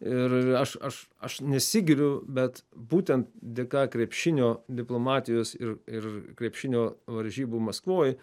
ir aš aš aš nesigiriu bet būtent dėka krepšinio diplomatijos ir ir krepšinio varžybų maskvoj